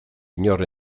inor